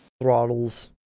throttles